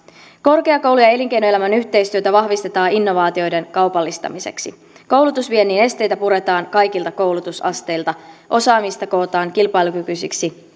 korkeakoulujen ja elinkeinoelämän yhteistyötä vahvistetaan innovaatioiden kaupallistamiseksi koulutusviennin esteitä puretaan kaikilta koulutusasteilta osaamista kootaan kilpailukykyisiksi